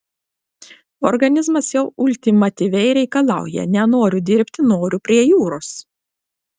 organizmas jau ultimatyviai reikalauja nenoriu dirbti noriu prie jūros